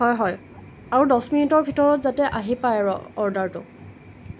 হয় হয় আৰু দছ মিনিটৰ ভিতৰত যাতে আহি পাই আৰু অৰ্ডাৰটো